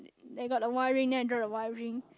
they got the wiring then I draw the wiring